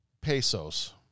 pesos